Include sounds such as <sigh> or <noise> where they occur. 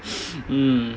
<noise> mm